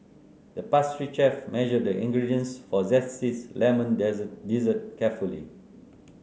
the pastry chef measured the ingredients for zesty lemon dessert carefully